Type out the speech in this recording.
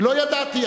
ולא ידעתי,